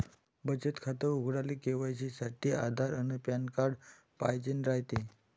बचत खातं उघडाले के.वाय.सी साठी आधार अन पॅन कार्ड पाइजेन रायते